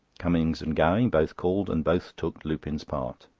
cummings and gowing both called, and both took lupin's part.